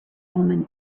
woman